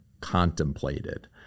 contemplated